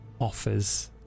offers